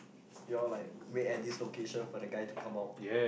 you all like wait at this location for the guy to come out